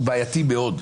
הם בעייתיים מאוד.